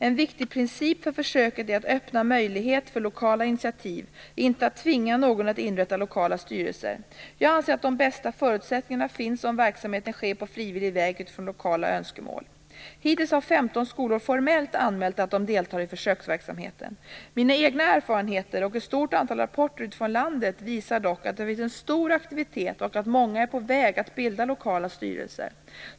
En viktig princip för försöket är att öppna möjlighet för lokala initiativ; inte att tvinga någon att inrätta lokala styrelser. Jag anser att de bästa förutsättningarna finns om verksamheten sker på frivillig väg utifrån lokala önskemål. Hittills har 15 skolor formellt anmält att de deltar i försöksverksamheten. Mina egna erfarenheter och ett stort antal rapporter utifrån landet visar dock att det finns en stor aktivitet och att många är på väg att bilda lokala styrelser.